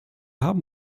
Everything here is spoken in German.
haben